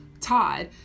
Todd